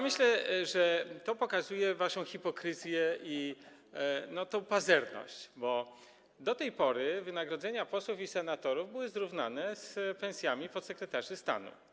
Myślę, że to pokazuje waszą hipokryzję i tę pazerność, bo do tej pory wynagrodzenia posłów i senatorów były zrównane z pensjami podsekretarzy stanu.